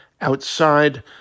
outside